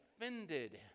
offended